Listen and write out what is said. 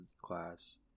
class